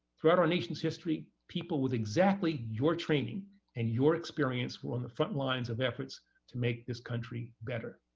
throughout our nation's history, people with exactly your training and your experience were on the front lines of efforts to make this country better.